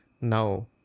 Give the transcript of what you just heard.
now